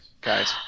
guys